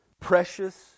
precious